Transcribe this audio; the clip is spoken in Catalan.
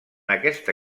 aquesta